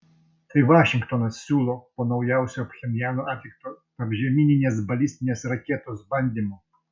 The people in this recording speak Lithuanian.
tai vašingtonas siūlo po naujausio pchenjano atlikto tarpžemyninės balistinės raketos bandymo